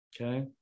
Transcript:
Okay